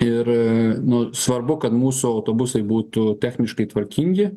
ir nu svarbu kad mūsų autobusai būtų techniškai tvarkingi